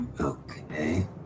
okay